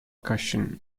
cushion